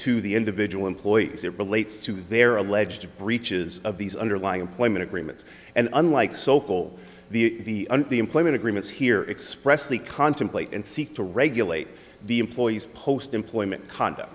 to the individual employee as it relates to their alleged breaches of these underlying employment agreements and unlike sokol the employment agreements here expressly contemplate and seek to regulate the employees post employment conduct